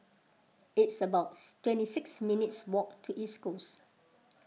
it's about twenty six minutes' walk to East Coast